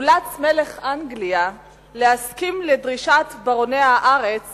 אולץ מלך אנגליה להסכים לדרישת ברוני הארץ